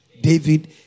David